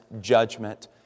judgment